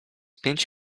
pięć